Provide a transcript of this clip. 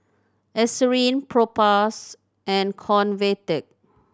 Eucerin Propass and Convatec